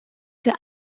für